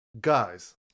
Guys